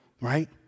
right